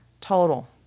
Total